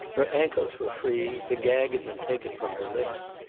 her ankles were free, the gag had been taken from her lips.